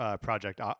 Project